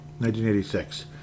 1986